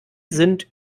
sind